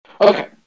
Okay